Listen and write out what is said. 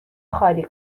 خالی